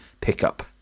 pickup